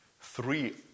three